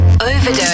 Overdose